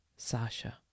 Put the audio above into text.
sasha